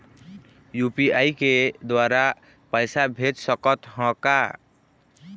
UPI के द्वारा पैसा भेज सकत ह का?